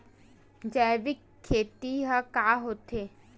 जैविक खेती ह का होथे?